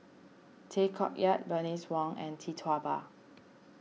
Tay Koh Yat Bernice Wong and Tee Tua Ba